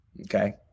Okay